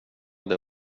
det